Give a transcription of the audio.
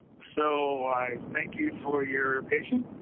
so i thank you for your patience.